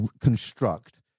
construct